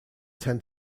tend